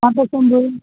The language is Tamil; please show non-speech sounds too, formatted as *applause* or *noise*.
ஆ *unintelligible*